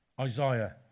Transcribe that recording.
Isaiah